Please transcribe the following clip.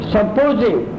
Supposing